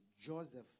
Joseph